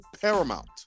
paramount